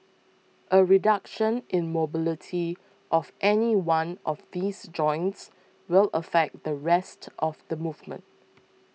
a reduction in mobility of any one of these joints will affect the rest of the movement